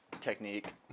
technique